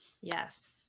yes